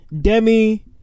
demi